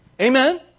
Amen